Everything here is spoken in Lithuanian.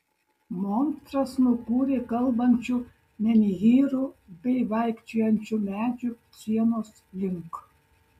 monstras nukūrė kalbančių menhyrų bei vaikščiojančių medžių sienos link